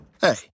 Hey